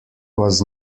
was